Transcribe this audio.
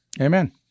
Amen